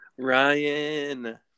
Ryan